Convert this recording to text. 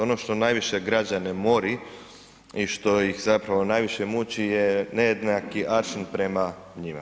Ono što najviše građane mori i što ih zapravo najviše muči je nejednaki …/nerazumljivo/… prema njima.